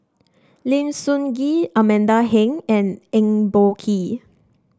Lim Sun Gee Amanda Heng and Eng Boh Kee